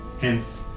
Hence